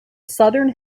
southern